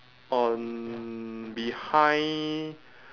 on behind